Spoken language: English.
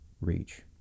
reach